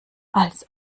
als